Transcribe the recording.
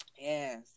yes